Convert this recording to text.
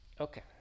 okay